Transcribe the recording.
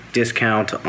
discount